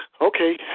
Okay